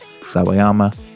sawayama